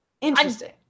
interesting